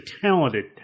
talented